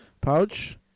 pouch